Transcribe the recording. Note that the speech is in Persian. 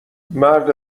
مرد